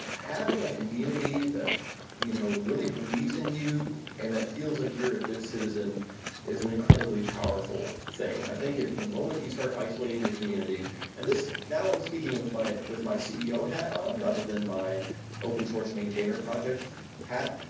having a community that you know really believes in you and that feels like you're a good citizen is an incredibly powerful thing. i think if the moment you start isolating your community and now, i'm speaking with my with my ceo hat on rather than my open-source maintainer project hat,